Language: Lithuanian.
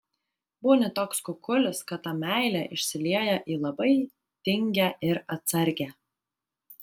būni toks kukulis kad ta meilė išsilieja į labai tingią ir atsargią